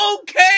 okay